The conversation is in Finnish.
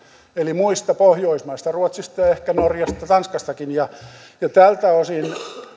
eli muista pohjoismaista ruotsista ja ehkä norjasta tanskastakin ja tältä osin